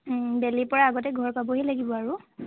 বেলি পৰা আগতেই ঘৰ পাবহি লাগিব আৰু